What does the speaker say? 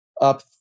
up